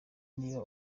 niba